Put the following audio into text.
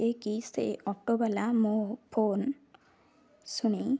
ଯିଏକି ସେ ଅଟୋବାଲା ମୋ ଫୋନ୍ ଶୁଣି